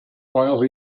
while